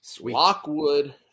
Lockwood